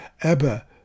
Abba